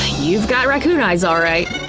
you've got raccoon eyes alright!